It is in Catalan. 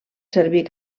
servir